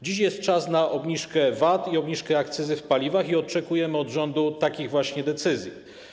Dziś jest czas na obniżkę VAT i obniżkę akcyzy w paliwach i oczekujemy od rządu właśnie takich decyzji.